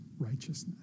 righteousness